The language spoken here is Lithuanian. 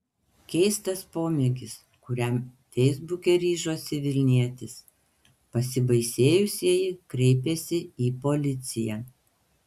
keistas pomėgis kuriam feisbuke ryžosi vilnietis pasibaisėjusieji kreipėsi į policiją